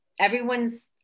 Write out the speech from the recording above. everyone's